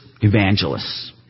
evangelists